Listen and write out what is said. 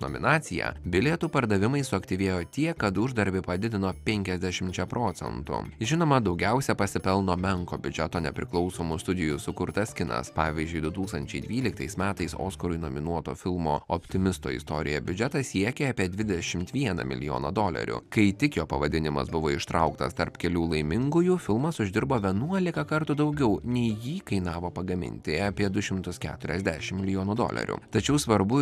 nominaciją bilietų pardavimai suaktyvėjo tiek kad uždarbį padidino penkiasdešimčia procentų žinoma daugiausiai pasipelno menko biudžeto nepriklausomų studijų sukurtas kinas pavyzdžiui du tūkstančiai dvyliktais metais oskarui nominuoto filmo optimisto istorija biudžetas siekė apie dvidešimt vieną milijoną dolerių kai tik jo pavadinimas buvo ištrauktas tarp kelių laimingųjų filmas uždirbo vienuolika kartų daugiau nei jį kainavo pagaminti apie du šimtus keturiasdešimt milijonų dolerių tačiau svarbu